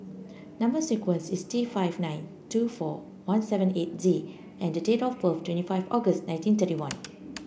number sequence is T five nine two four one seven eight Z and date of birth twenty five August nineteen thirty one